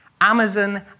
Amazon